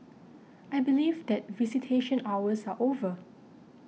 I believe that visitation hours are over